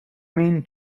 mean